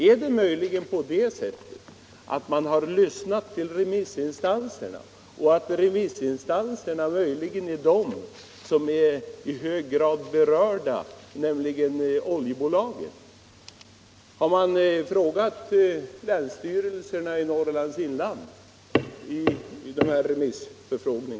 Är det möjligen på det sättet att man har lyssnat till remissinstanserna, och att remissinstanserna är de som är i hög grad berörda, nämligen oljebolagen? Har man vid remissförfarandet frågat länsstyrelserna i Norrlands inland?